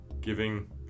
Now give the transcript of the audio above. giving